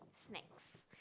snacks